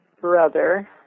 brother